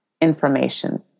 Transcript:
information